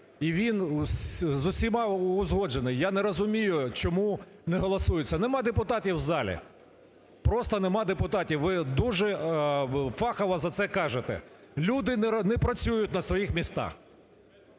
і він з усіма узгоджений. Я не розумію, чому не голосується. Нема депутатів в залі, просто нема депутатів. Ви дуже фахово за це кажете. Люди не працюють на своїх місцях.